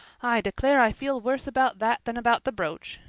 i declare i feel worse about that than about the brooch.